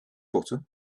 butter